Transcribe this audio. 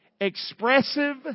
expressive